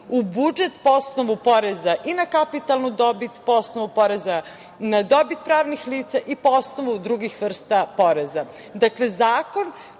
u budžet po osnovu poreza i na kapitalnu dobit, po osnovu poreza na dobit pravnih lica i po osnovu drugih vrsta poreza.